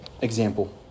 example